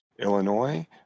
Illinois